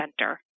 Center